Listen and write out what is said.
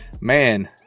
man